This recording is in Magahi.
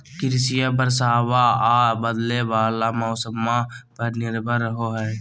कृषिया बरसाबा आ बदले वाला मौसम्मा पर निर्भर रहो हई